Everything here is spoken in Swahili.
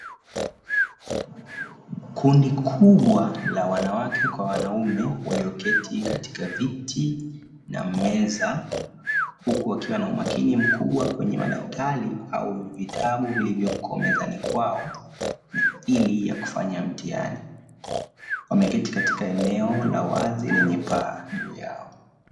Kundi kubwa la wanawake kwa wanaume walioketi katika viti na meza, huku wakiwa na umakini mkubwa kwenye madaftari au vitabu vilivyoko mezani kwao kwaajili ya kufanya mtihani. Wameketi katika eneo la wazi lenye paa juu yao.